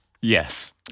Yes